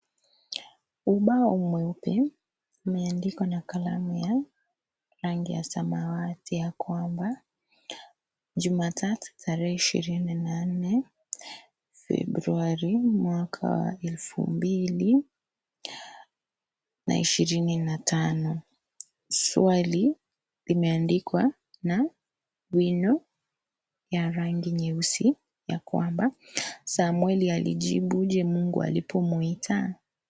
Ubao mweupa umeandikwa na karamu ya rangi ya samawati. Ya kwamba Jumatatu tarehe ishirini na nne Februari mwaka wa elfu mbili na ishirini na tano. Swali imeandikwa na wino ya rangi nyeusi, ya kwamba samweli alijibuje mungu alipomwita?